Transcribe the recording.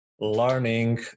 learning